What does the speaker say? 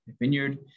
vineyard